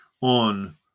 on